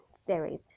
series